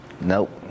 nope